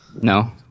no